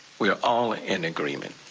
we're all in agreement.